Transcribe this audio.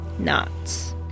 Knots